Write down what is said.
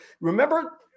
remember